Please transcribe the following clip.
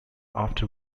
after